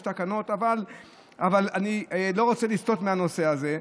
יש תקנות אבל אני לא רוצה לסטות מהנושא הזה.